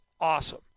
awesome